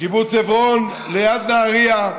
קיבוץ עברון ליד נהריה,